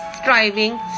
striving